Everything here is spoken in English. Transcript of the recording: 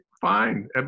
Fine